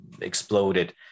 exploded